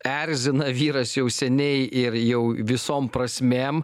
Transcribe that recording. erzina vyras jau seniai ir jau visom prasmėm